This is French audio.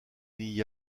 n’y